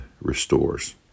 restores